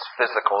physical